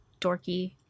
dorky